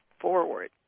forward